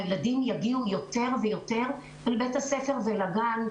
הילדים יגיעו יותר ויותר לבית הספר ולגן,